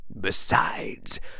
Besides